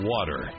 Water